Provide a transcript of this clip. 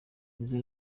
nizzo